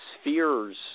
spheres